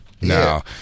No